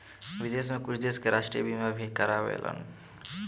विदेश में कुछ देश राष्ट्रीय बीमा भी कारावेलन